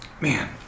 Man